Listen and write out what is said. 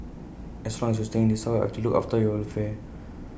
as long as you are staying in this house I've to look after your welfare